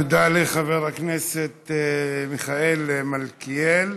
תודה לחבר הכנסת מיכאל מלכיאלי.